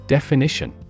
Definition